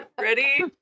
ready